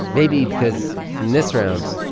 maybe because in this round,